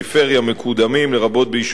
מקודמים לרבות ביישובים ערביים,